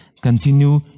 continue